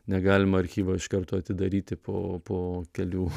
negalima archyvo iš karto atidaryti po po kelių